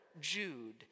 Jude